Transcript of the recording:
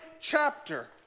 chapter